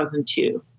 2002